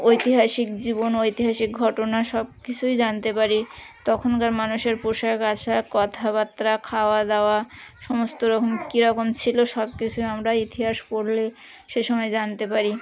ঐতিহাসিক জীবন ঐতিহাসিক ঘটনা সবকিছুই জানতে পারি তখনকার মানুষের পোশাক আশাক কথাবার্তা খাওয়াদাওয়া সমস্ত রকম কিরকম ছিল সবকিছু আমরা ইতিহাস পড়লে সে সময় জানতে পারি